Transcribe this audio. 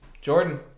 Jordan